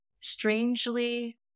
strangely